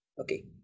Okay